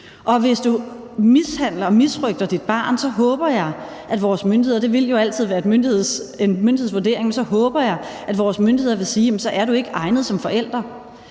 hvis du mishandler og misrøgter dit barn, håber jeg at vores myndigheder vil sige – og det vil jo altid